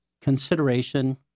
consideration